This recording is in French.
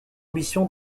mission